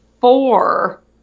four